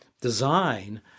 design